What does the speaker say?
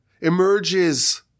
emerges